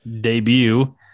debut